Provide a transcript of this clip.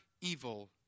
evil